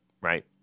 right